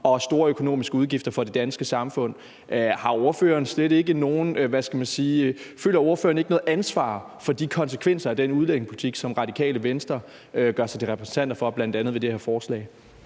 og store økonomiske udgifter for det danske samfund, føler ordføreren så ikke noget ansvar for de konsekvenser af den udlændingepolitik, som Radikale gør sig til repræsentanter for, bl.a. med det her forslag?